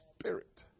spirit